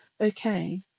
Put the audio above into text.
Okay